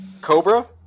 Cobra